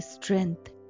strength